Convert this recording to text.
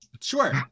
Sure